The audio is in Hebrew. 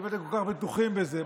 אם אתם כל כך בטוחים בזה,